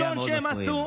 הדבר הראשון שהם עשו,